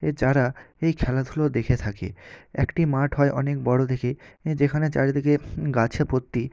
এ যারা এই খেলাধুলো দেখে থাকে একটি মাঠ হয় অনেক বড়ো দেখে হ্যাঁ যেখানে চারিদিকে গাছে ভর্তি